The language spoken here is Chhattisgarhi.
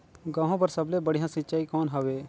गहूं बर सबले बढ़िया सिंचाई कौन हवय?